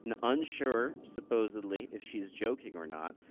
and unsure supposedly if she's joking or not,